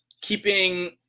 keeping